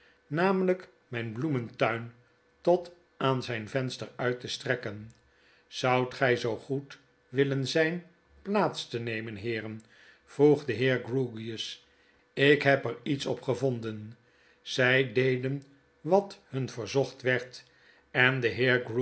namelyk myn bloementuin tot aanzyn venster uit te strekken zoudt gy zoo goed willen zyn plaats te nemen heeren vroeg de heer grewgious ik heb er iets op gevonden zy deden wat hun verzocht werd en de